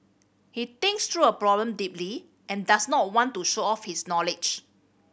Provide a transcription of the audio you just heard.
he thinks through a problem deeply and does not want to show off his knowledge